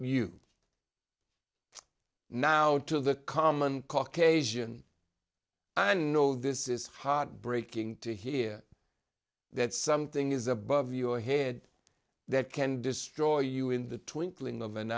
you now to the common caucasian i know this is heartbreaking to hear that something is above your head that can destroy you in the twinkling of an